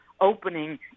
opening